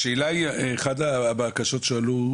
השאלה היא, אחת הבקשות שעלו,